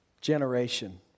generation